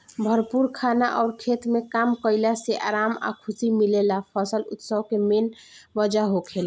भरपूर खाना अउर खेत में काम कईला से आराम आ खुशी मिलेला फसल उत्सव के मेन वजह होखेला